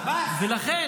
עבאס,